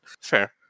fair